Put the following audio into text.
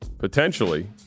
Potentially